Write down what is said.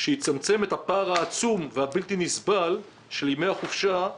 שיצמצם את הפער העצום והבלתי נסבל של ימי החופשה